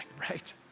right